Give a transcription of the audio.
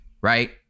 Right